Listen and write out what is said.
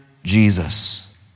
Jesus